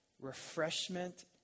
refreshment